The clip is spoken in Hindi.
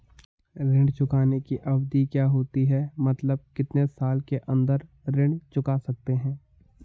ऋण चुकाने की अवधि क्या होती है मतलब कितने साल के अंदर ऋण चुका सकते हैं?